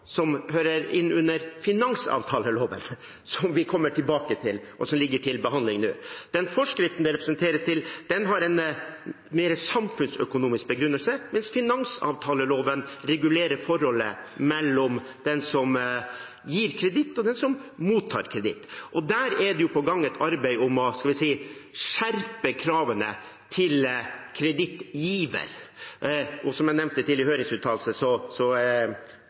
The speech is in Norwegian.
som hører inn under finansavtaleloven, som vi kommer tilbake til, og som ligger til behandling nå. Den forskriften det refereres til, har en mer samfunnsøkonomisk begrunnelse, mens finansavtaleloven regulerer forholdet mellom den som gir kreditt, og den som mottar kreditt. Der er det på gang et arbeid om å – hva skal jeg si – skjerpe kravene til kredittgiver. Og som jeg nevnte, i